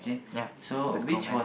ya let's go man